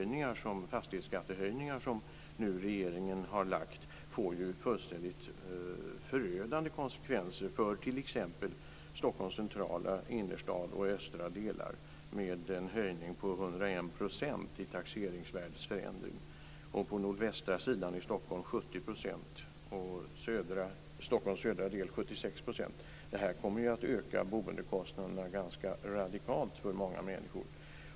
De förslag till fastighetsskattehöjningar som regeringen har lagt fram får förödande konsekvenser för t.ex. Stockholms centrala innerstad och dess östra delar, med en höjning på Stockholm blir höjningen 70 %. I Stockholms södra del blir den 76 %. Det kommer att öka boendekostnaderna radikalt för många människor.